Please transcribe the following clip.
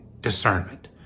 discernment